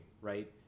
right